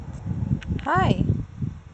hi